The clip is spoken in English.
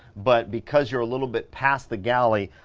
but because you're a little bit past the galley,